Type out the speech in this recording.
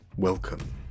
Welcome